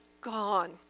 gone